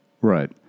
Right